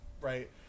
right